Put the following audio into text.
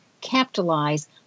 capitalize